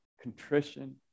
contrition